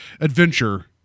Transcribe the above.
adventure